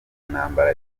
ntambara